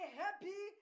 happy